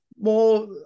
more